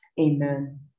Amen